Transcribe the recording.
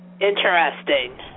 Interesting